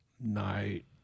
night